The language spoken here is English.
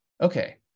okay